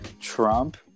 Trump